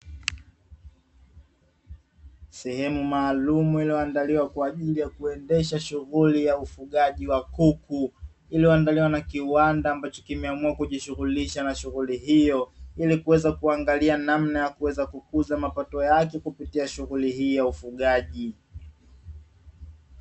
Sehemu maalum iliyoandaliwa kwa ajili ya kuendesha shughuli ya ufugaji wa kuku, ilyoandaliwa na kiwanda, ambacho kimeamua kujishughulisha na shughuli hiyo ili kuweza kuangalia namna ya kuweza kukuza mapato yake kupitia shughuli hii ya ufugaji.